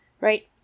Right